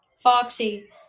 Foxy